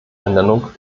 ernennung